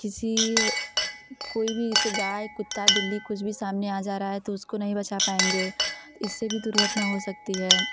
किसी कोई भी इस गाय कुत्ता बिल्ली कुछ भी सामने आ जा रहा है तो उसको नहीं बचा पाएँगे तो इससे भी दुर्घटना हो सकती है